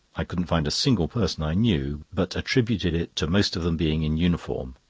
i couldn't find a single person i knew, but attributed it to most of them being in uniform.